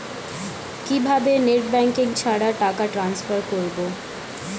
কিভাবে net banking ছাড়া টাকা টান্সফার করব?